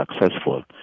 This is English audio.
successful